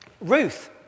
Ruth